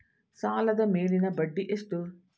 ಸಾಲದ ಮೇಲಿನ ಬಡ್ಡಿ ಎಷ್ಟು?